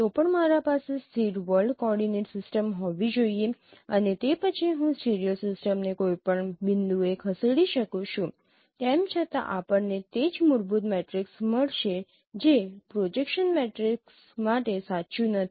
તો પણ મારા પાસે સ્થિર વર્લ્ડ કોઓર્ડિનેટ સિસ્ટમ હોવી જોઈએ અને તે પછી હું સ્ટીરિયો સિસ્ટમને કોઈપણ બિંદુએ ખસેડી શકું છું તેમ છતાં આપણને તે જ મૂળભૂત મેટ્રિક્સ મળશે જે પ્રોજેક્શન મેટ્રિક્સ માટે સાચું નથી